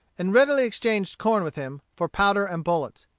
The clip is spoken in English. and readily exchanged corn with him, for powder and bullets.